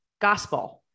gospel